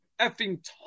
effing